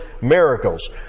miracles